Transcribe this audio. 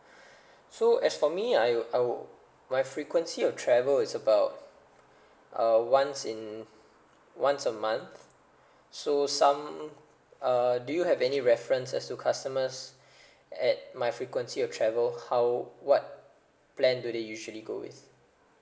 so as for me I will I will my frequency of travel is about uh once in once a month so some uh do you have any references to customers at my frequency of travel how what plan do they usually go with